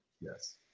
Yes